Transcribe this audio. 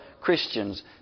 Christians